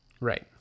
Right